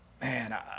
Man